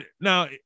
Now